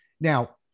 Now